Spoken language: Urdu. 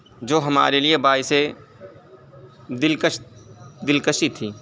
جو ہمارے لیے باعثِ دلکش دلکشی تھی